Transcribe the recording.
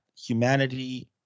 humanity